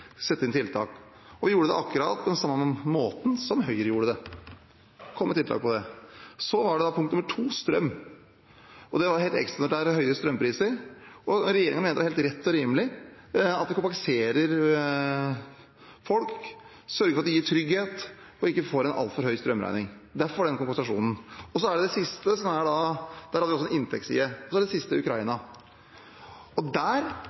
sette inn tiltak, og vi gjorde det på akkurat samme måten som Høyre gjorde det, og kom med tiltak for det. Det andre punktet er strøm. Det har vært helt ekstraordinært høye strømpriser, og regjeringen mener det er helt rett og rimelig at vi kompenserer folk, sørger for å gi trygghet og at folk ikke får en altfor høy strømregning – derfor den kompensasjonen. Der har vi også en inntektsside. Det siste er Ukraina. Der er det veldig skummelt å tenke sånn at for hver enkelt krone vi